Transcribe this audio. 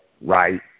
right